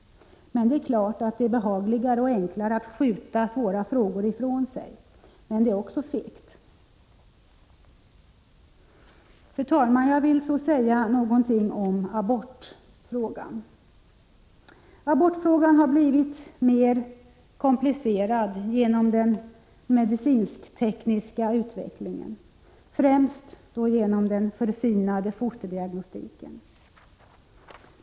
Men det är klart att det är behagligare och enklare att skjuta svåra frågor ifrån sig. Men det är också fegt. Fru talman! Jag vill säga något om abortfrågan. Abortfrågan har blivit mer komplicerad genom den medicinsk-tekniska utvecklingen, främst då genom den förfinade fosterdiagnostiken.